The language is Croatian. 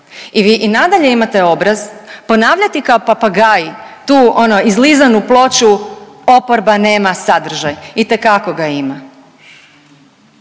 I vi i nadalje imate obraz ponavljati kao papagaji tu ono izlizanu ploču oporba nema sadržaj. Itekako ga ima.